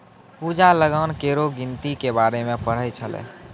पूजा लगान केरो गिनती के बारे मे पढ़ै छलै